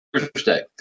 Thursday